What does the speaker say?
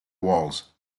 walls